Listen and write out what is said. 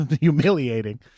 Humiliating